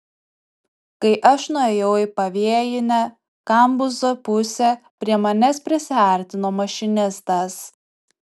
kai aš nuėjau į pavėjinę kambuzo pusę prie manęs prisiartino mašinistas